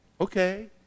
Okay